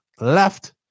left